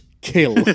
kill